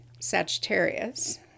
sagittarius